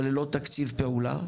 אבל ללא תקציב פעולה.